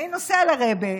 אני נוסע לרעבע,